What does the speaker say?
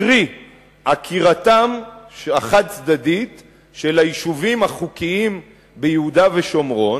קרי עקירתם החד-צדדית של היישובים החוקיים ביהודה ושומרון,